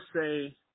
say